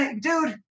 Dude